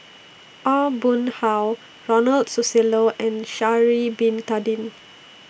Aw Boon Haw Ronald Susilo and Sha'Ari Bin Tadin